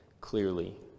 clearly